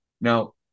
now